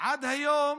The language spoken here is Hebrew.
שעד היום,